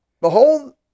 behold